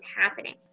happening